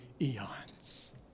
eons